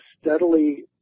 steadily